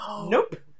nope